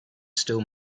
still